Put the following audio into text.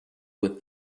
with